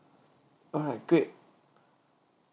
alright great